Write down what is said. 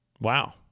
Wow